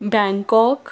Bangkok